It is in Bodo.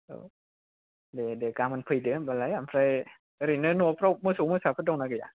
दे दे गामोन फैदो होनबालाय आमफ्राय ओरैनो न'फ्राव मोसौ मोसाफोर दं ना गैया